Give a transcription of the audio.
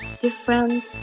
different